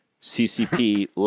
CCP